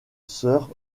sir